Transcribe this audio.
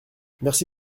merci